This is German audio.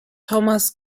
thomas